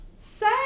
say